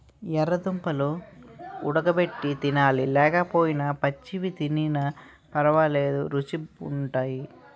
యెర్ర దుంపలు వుడగబెట్టి తినాలి లేకపోయినా పచ్చివి తినిన పరవాలేదు రుచీ గుంటయ్